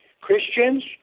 Christians